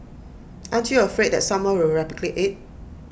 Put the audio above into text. aren't you afraid that someone will replicate IT